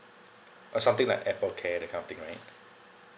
uh something like Apple care that kind of thing right